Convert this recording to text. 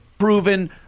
Proven